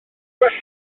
gwella